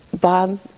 Bob